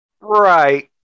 Right